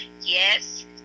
yes